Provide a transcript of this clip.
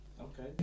Okay